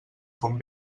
font